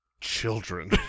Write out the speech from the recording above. children